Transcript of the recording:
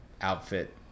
outfit